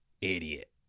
idiot